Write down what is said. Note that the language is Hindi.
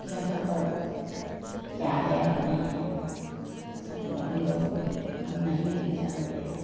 जगह पर क्या है और नहीं है ऐसा हम लोग हम नहीं जानते हैं